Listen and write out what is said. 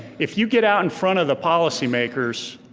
if you get out in front of the policy makers,